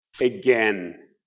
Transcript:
again